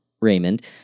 Raymond